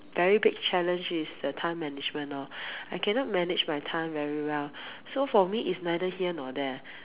very big challenge is the time management loh I cannot manage my time very well so for me is neither here nor there